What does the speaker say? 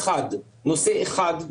נושא אחד.